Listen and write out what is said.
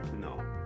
no